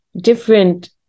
different